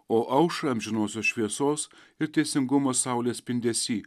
o aušra amžinosios šviesos ir teisingumo saulės spindesy